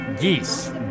geese